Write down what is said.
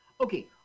Okay